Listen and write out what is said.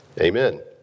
Amen